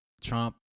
Trump